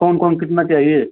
कौन कौन कितना चाहिए